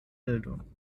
bildung